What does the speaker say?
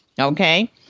Okay